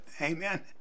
amen